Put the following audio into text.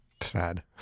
Sad